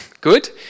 good